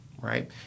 right